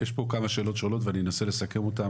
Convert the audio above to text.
יש פה כמה שאלות שונות ואני אנסה לסכם אותן,